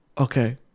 okay